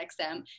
XM